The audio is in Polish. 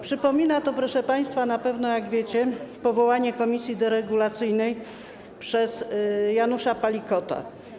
Przypomina to, proszę państwa, jak na pewno wiecie, powołanie komisji deregulacyjnej przez Janusza Palikota.